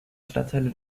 stadtteile